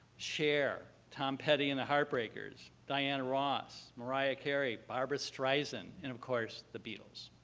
cher, tom petty and the heartbreakers, diana ross, mariah carey, barbra streisand, and of course the beatles.